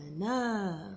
enough